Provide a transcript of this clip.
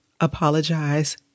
apologize